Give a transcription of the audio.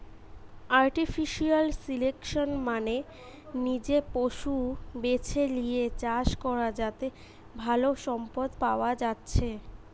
artificial selection মানে নিজে পশু বেছে লিয়ে চাষ করা যাতে ভালো সম্পদ পায়া যাচ্ছে